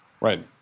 Right